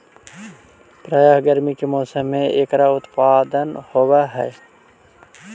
प्रायः गर्मी के मौसम में एकर उत्पादन होवअ हई